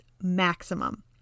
maximum